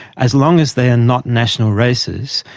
as long as they are not national races,